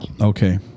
Okay